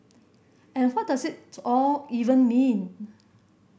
and what does it all even mean